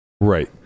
Right